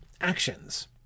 actions